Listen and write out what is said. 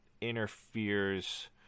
interferes